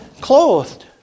clothed